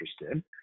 interested